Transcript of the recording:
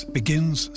begins